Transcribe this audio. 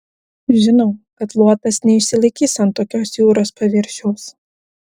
žinau kad luotas neišsilaikys ant tokios jūros paviršiaus